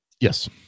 Yes